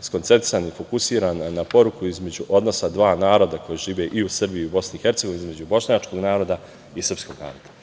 skoncentrisan i fokusiran na poruku između odnosa dva naroda koji žive i u Srbiji i u BiH, između bošnjačkog naroda i srpskog naroda.